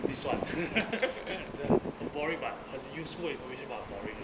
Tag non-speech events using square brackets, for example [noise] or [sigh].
this one [laughs] 的 boring but 很 useful information but boring ah